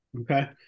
Okay